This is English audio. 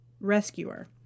rescuer